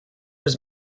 was